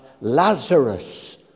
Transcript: Lazarus